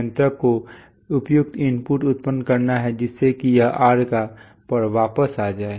नियंत्रक को उपयुक्त इनपुट उत्पन्न करना है जिससे कि यह 'r' पर वापस आ जाए